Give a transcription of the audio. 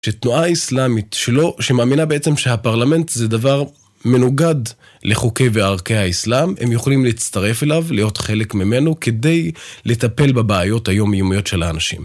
שתנועה האסלאמית שלו, שמאמינה בעצם שהפרלמנט זה דבר מנוגד לחוקי וערכי האסלאם, הם יכולים להצטרף אליו, להיות חלק ממנו, כדי לטפל בבעיות היומיומיות של האנשים.